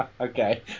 Okay